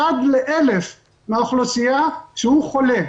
אחד לאלף מן האוכלוסייה שהוא חולה.